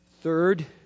Third